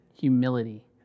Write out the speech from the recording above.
Humility